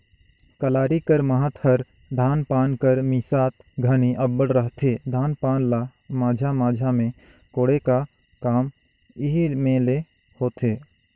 कलारी कर महत हर धान पान कर मिसात घनी अब्बड़ रहथे, धान पान ल माझा माझा मे कोड़े का काम एही मे ले होथे